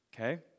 okay